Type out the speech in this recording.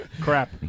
Crap